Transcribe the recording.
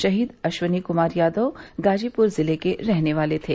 शहीद अश्वनी कुमार यादव गाजीपुर जिले के रहने वाले थे